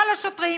כל השוטרים,